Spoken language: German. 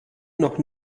noch